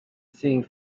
seeing